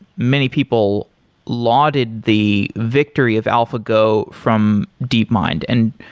many people lauded the victory of alphago from deepmind, and